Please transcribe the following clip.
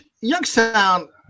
Youngstown